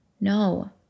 no